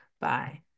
Bye